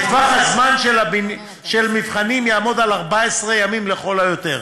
וטווח הזמן של מבחנים יהיה 14 ימים לכל היותר.